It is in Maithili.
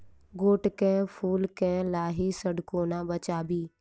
गोट केँ फुल केँ लाही सऽ कोना बचाबी?